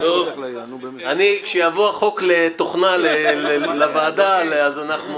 כשיבוא החוק לתוכנה לוועדה, אז אנחנו